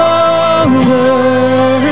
over